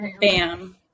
Bam